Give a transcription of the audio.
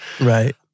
Right